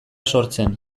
sortzen